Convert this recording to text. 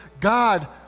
God